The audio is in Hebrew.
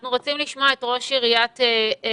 אנחנו רוצים לשמוע את ראש עיריית אילת